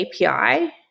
API